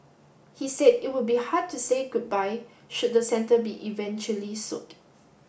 he said it would be hard to say goodbye should the centre be eventually sold